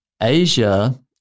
Asia